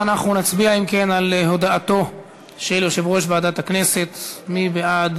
30 ביוני 2016. הוועדה הזאת מונתה לצורך טיפול בבעיה